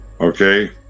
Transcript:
Okay